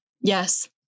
Yes